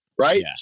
right